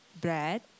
bread